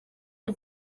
y’u